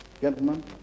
gentlemen